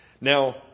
Now